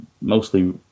mostly